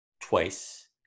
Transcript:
twice